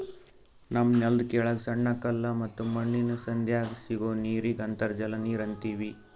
ನಮ್ಮ್ ನೆಲ್ದ ಕೆಳಗ್ ಸಣ್ಣ ಕಲ್ಲ ಮತ್ತ್ ಮಣ್ಣಿನ್ ಸಂಧ್ಯಾಗ್ ಸಿಗೋ ನೀರಿಗ್ ಅಂತರ್ಜಲ ನೀರ್ ಅಂತೀವಿ